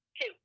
Two